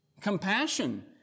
compassion